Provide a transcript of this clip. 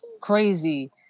crazy